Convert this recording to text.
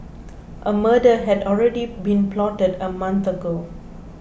a murder had already been plotted a month ago